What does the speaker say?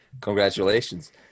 Congratulations